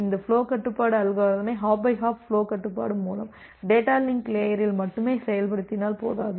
இந்த ஃபுலோ கட்டுப்பாட்டு அல்காரிதமை ஹாப் பை ஹாப் ஃபுலோ கட்டுப்பாட்டு மூலம் டேட்டா லிங்க் லேயரில் மட்டுமே செயல்படுத்தினால் போதாது